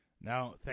Now